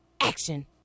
action